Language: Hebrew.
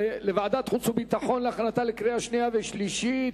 לוועדת החוץ והביטחון להכנתה לקריאה שנייה ושלישית.